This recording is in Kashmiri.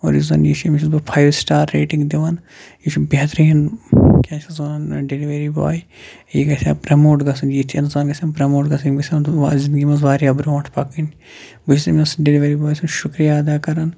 اور یُس زَن یہِ چھُ أمِس چھُس بہِ فایو سِٹار ریٹنگ دِوان یہِ چھُ بہتٔرین کیاہ چھِس وَنان ڈیٚلِؤری باے یہِ گَژھہِ ہا پریٚموٹ گَژھُن یتھۍ اِنسان گَژھن پریٚموٹ گژھٕنۍ یِم گَژھن زِندگی منٛز واریاہ برٛونٛٹھ پَکٕنۍ بہٕ چھُس أمِس ڈیٚلِؤری باے سُنٛد شُکریہِ ادا کران